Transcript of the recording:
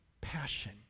passion